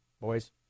boys